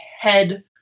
head